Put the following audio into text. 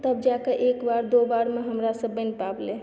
तब जाके एक बार दू बारमे हमरासँ बनि पाबलय